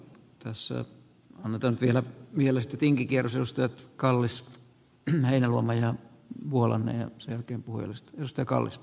tässä on nyt anttilan mielestä tinkikierrosta ja kallis yh heinäluoma ja vuolanne ja senkin puolesta kokoisessa maassa